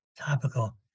topical